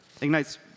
ignites